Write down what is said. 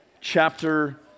chapter